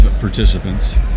participants